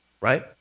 right